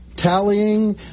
Tallying